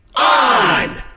on